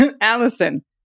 Allison